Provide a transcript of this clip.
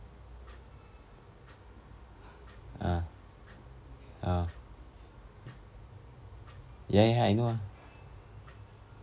ah ah ya ya I know ah